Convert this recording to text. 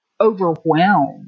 overwhelmed